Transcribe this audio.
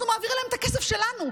אנחנו מעבירים להם את הכסף שלנו,